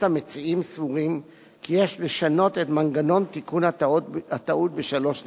המציעים סבורים כי יש לשנות את מנגנון תיקון הטעות בשלוש נקודות: